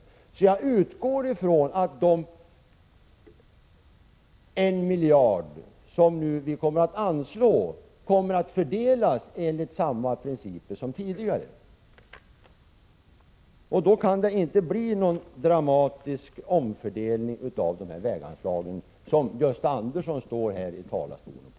Så jag utgår ifrån att den miljard som vi kommer att anslå kommer att fördelas enligt samma principer som tidigare. Då kan det inte bli någon dramatisk omfördelning av väganslagen, som Gösta Andersson påstår.